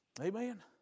Amen